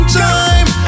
time